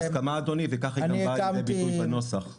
ההסכמה וכך זה גם בא לידי ביטוי בנוסח.